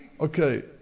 okay